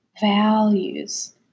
values